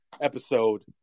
episode